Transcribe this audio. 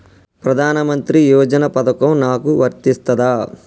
ప్రధానమంత్రి యోజన పథకం నాకు వర్తిస్తదా?